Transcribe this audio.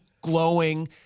glowing